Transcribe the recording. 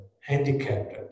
handicapped